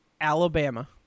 Alabama